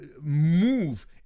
move